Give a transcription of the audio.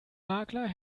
makler